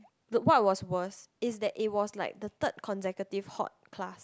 the what was worst is that it was like the third consecutive hot class